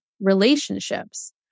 relationships